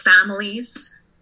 families